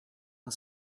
and